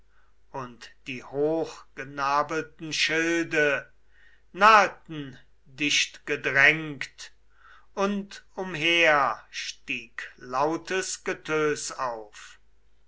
und die hochgenabelten schilde naheten dichtgedrängt und umher stieg lautes getös auf